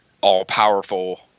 all-powerful